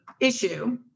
issue